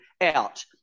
out